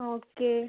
okay